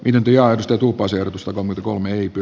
india istuutuu konsertossa on kolme ipi